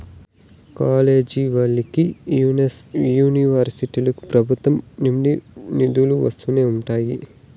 కాలేజీలకి, యూనివర్సిటీలకు ప్రభుత్వం నుండి నిధులు వస్తూనే ఉంటాయి